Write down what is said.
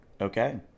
Okay